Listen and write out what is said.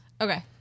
Okay